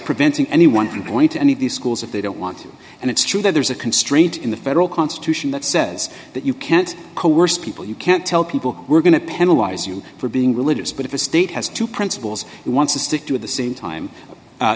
preventing an one can point to any of these schools if they don't want to and it's true that there's a constraint in the federal constitution that says that you can't coerce people you can't tell people we're going to penalize you for being religious but if a state has two principles and wants to stick to the same time